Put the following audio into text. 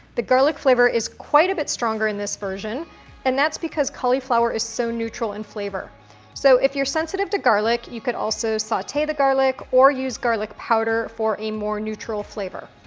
the garlic flavor is quite a bit stronger in this version and that's because cauliflower is so neutral in flavor so if you're sensitive to garlic, you could also saute the garlic or use garlic powder for a more neutral flavor.